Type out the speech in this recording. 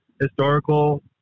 historical